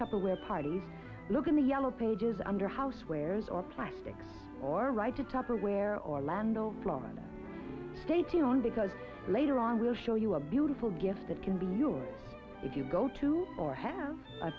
tupperware party look in the yellow pages under housewares or plastic or write a tupperware orlando florida state because later on we'll show you a beautiful gift that can be yours if you go to or have